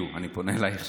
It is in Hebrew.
אני פונה אלייך,